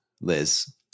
Liz